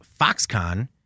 Foxconn